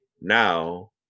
now